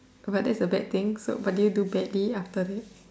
but that's the bad thing so but did you do badly after that